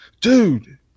dude